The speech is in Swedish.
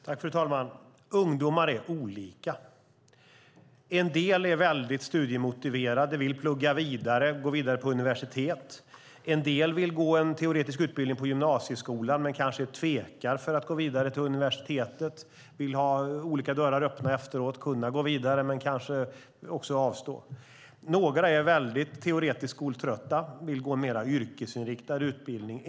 Fru talman! Ungdomar är olika. En del är väldigt studiemotiverade. De vill plugga vidare och gå vidare till universitetet. En del vill gå en teoretisk utbildning i gymnasieskolan. Men de tvekar kanske inför att gå vidare till universitetet. De vill ha olika dörrar öppna. De vill kunna gå vidare, men de vill kanske också avstå. Några är väldigt teoretiskt skoltrötta och vill gå en mer yrkesinriktad utbildning.